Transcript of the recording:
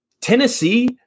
Tennessee